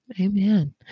Amen